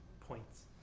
points